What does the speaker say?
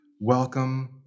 welcome